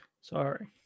Sorry